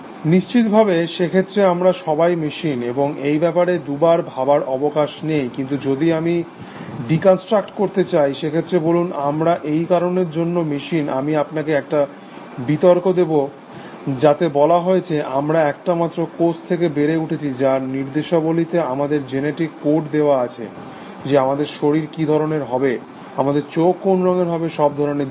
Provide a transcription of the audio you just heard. নিশ্চিতভাবে সেক্ষেত্রে আমরা সবাই মেশিন এবং এই ব্যাপারে দুবার ভাবার অবকাশ নেই কিন্তু যদি আমি ডিকনস্ট্রাক্ট করতে চাই সেক্ষেত্রে বলুন আমরা এই কারণের জন্য মেশিন আমি আপনাকে একটা বিতর্ক দেব যাতে বলা হয়েছে আমরা একটা মাত্র কোষ থেকে বেড়ে উঠেছি যার নির্দেশাবলীতে আমাদের জেনেটিক কোড দেওয়া আছে যে আমাদের শরীর কি ধরণের হবে আমাদের চোখ কোন রঙের হবে সব ধরণের জিনিস